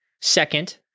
Second